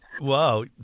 Wow